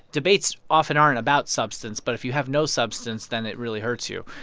debates often aren't about substance, but if you have no substance, then it really hurts you.